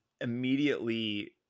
immediately